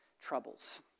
troubles